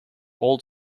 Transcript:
old